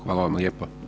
Hvala vam lijepo.